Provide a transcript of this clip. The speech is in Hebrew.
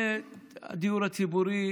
הדיור הציבורי